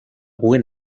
buen